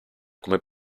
come